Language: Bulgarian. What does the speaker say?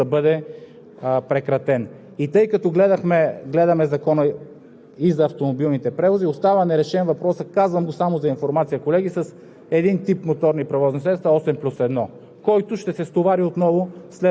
контролните функции, да си извършват контролната дейност, да налагат наказания, за да може този порочен модел на транспортна дейност да бъде прекратен. Тъй като гледаме и Закона